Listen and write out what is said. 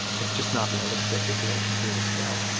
it's just not realistic if you're going to continue to scale.